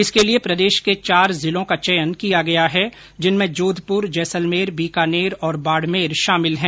इसके लिए प्रदेश के चार जिलों का चयन किया गया है जिनमें जोधपुर जैसलमेर बीकानेर और बाड़मेर शामिल है